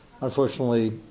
unfortunately